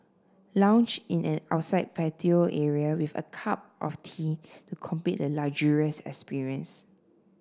lounge in an outside patio area with a cup of tea to complete the luxurious experience